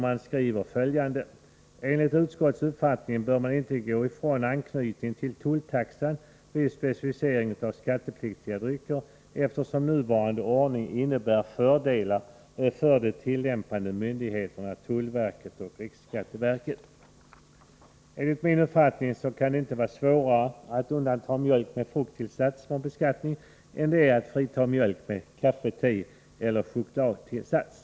Man skriver följande: ”Enligt utskottets uppfattning bör man inte gå ifrån anknytningen till tulltaxan vid specificeringen av skattepliktiga drycker, eftersom nuvarande ordning innebär fördelar för de tillämpande myndigheterna tullverket och riksskatteverket.” Enligt min uppfattning kan det inte vara svårare att undanta mjölk med frukttillsats från beskattning än det är att frita mjölk med kaffe-, teeller chokladtillsats.